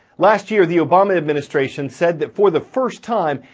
last year, the obama administration said that for the first time,